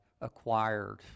acquired